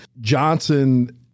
Johnson